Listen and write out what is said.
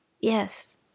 Yes